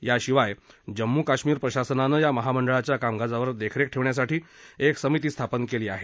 याशिवाय जम्मू काश्मीर प्रशासनानं या महामंडळाच्या कामकाजावर देखरेख ठेवण्यासाठी एक समिती स्थापन केली आहे